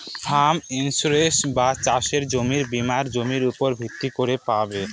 farm insurance বা চাসের জমির বীমা জমির উপর ভিত্তি করে পাবে